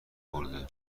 برده